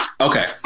Okay